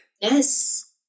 yes